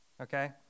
Okay